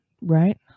Right